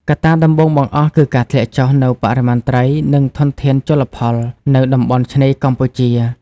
កត្តាដំបូងបង្អស់គឺការធ្លាក់ចុះនូវបរិមាណត្រីនិងធនធានជលផលនៅតំបន់ឆ្នេរកម្ពុជា។